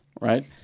Right